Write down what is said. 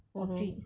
mmhmm